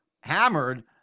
hammered